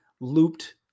looped